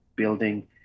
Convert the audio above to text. Building